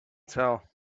tell